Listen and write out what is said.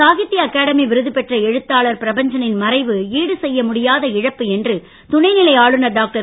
சாகித்ய அகாடமி விருது பெற்ற எழுத்தாளர் பிரபஞ்ச னின் மறைவு ஈடுசெய்ய முடியாத இழப்பு என்று துணைநிலை ஆளுனர் டாக்டர்